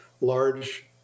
large